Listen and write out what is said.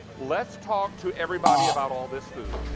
let's talk to everybody about all this food.